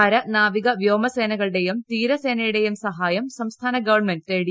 കര നാവിക വ്യോമസേനകളുടെയും തീരസേനയുടെയും സഹായം സംസ്ഥാന ഗവൺമെന്റ് തേടി